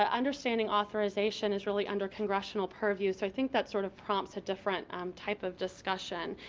ah understanding authorization is really under congressional purview so i think that sort of prompts a different um type of discussion.